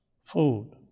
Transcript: food